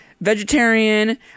vegetarian